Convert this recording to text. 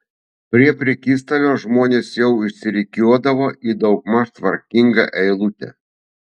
prie prekystalio žmonės jau išsirikiuodavo į daugmaž tvarkingą eilutę